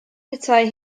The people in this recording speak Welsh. petai